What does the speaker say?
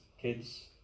kids